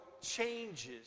changes